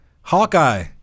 Hawkeye